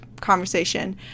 conversation